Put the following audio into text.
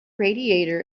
radiator